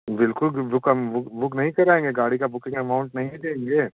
बिल्कुल बुकम book book नहीं कराएँगे गाड़ी का बुकिंग अमाउंट नहीं देंगे